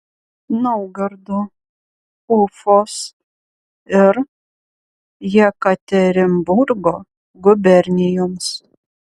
naugardo ufos ir jekaterinburgo gubernijoms